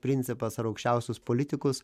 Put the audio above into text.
principas ar aukščiausius politikus